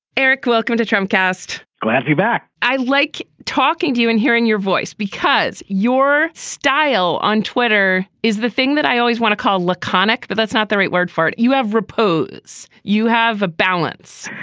eric, welcome to trump cast. glad to be back. i like talking to you and hearing your voice because your style on twitter is the thing that i always want to call laconic. but that's not the right word for it. you have repos. you have a balance.